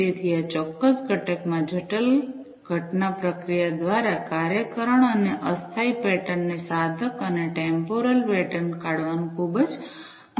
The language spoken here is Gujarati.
તેથી આ ચોક્કસ ઘટકમાં જટિલ ઘટના પ્રક્રિયા દ્વારા કાર્યકારણ અને અસ્થાયી પેટર્નને સાધક અને ટેમ્પોરલ પેટર્ન કાઢવાનું ખૂબ જ મહત્વપૂર્ણ છે